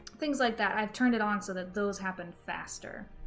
things like that i've turned it on so that those happen faster,